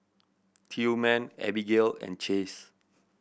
Tillman Abigale and Chace